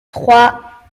trois